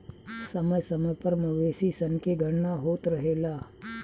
समय समय पर मवेशी सन के गणना होत रहेला